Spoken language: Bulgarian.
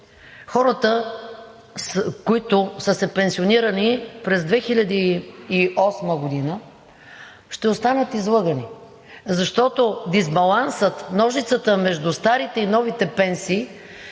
хората, които са се пенсионирали през 2008 г., ще останат излъгани, защото дисбалансът между старите и новите пенсии